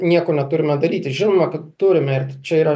nieko neturime daryti žinoma kad turime ir tai čia yra